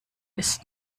ist